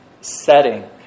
setting